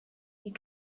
you